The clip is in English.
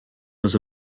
was